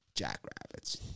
Jackrabbits